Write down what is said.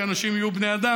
שאנשים יהיו בני אדם,